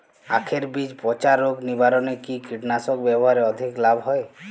আঁখের বীজ পচা রোগ নিবারণে কি কীটনাশক ব্যবহারে অধিক লাভ হয়?